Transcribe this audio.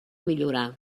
millorar